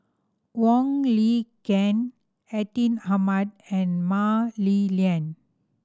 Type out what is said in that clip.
Wong Lin Ken Atin Amat and Mah Li Lian